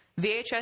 VHS